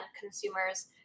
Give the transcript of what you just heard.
consumers